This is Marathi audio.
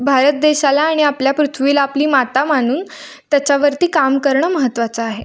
भारत देशाला आणि आपल्या पृथ्वीला आपली माता मानून त्याच्यावरती काम करणं महत्त्वाचं आहे